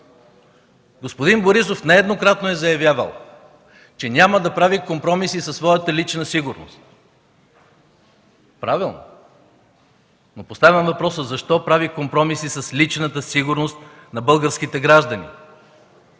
Господин Борисов нееднократно е заявявал, че няма да прави компромиси за своята лична сигурност. Правилно! Поставям въпроса защо прави компромиси с личната сигурност на българските граждани,